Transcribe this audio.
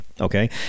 okay